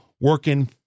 working